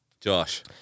Josh